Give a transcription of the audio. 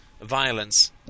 violence